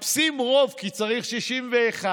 מחפשים רוב, כי צריך 61,